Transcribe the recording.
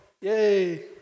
yay